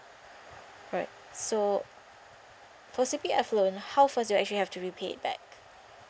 right so for C_P_F loan how fast do I actually have to repay it back